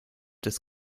des